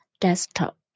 desktop